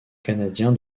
canadien